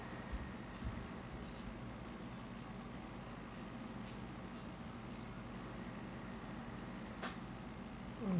okay